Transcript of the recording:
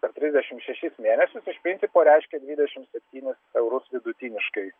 per trisdešim šešis mėnesius iš principo reiškia dvidešim septynis eurus vidutiniškai